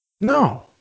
No